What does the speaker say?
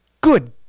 good